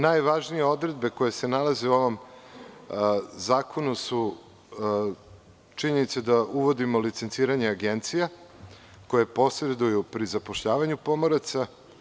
Najvažnije odredbe koje se nalaze u ovom zakonu su činjenica da uvodimo licenciranje agencija koje posreduju pri zapošljavanju pomoraca.